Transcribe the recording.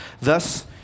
Thus